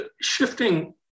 shifting